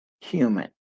human